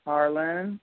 Harlan